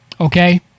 Okay